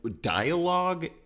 dialogue